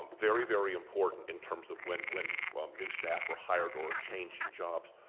um very, very important in terms of when when new staff are hired or changing jobs,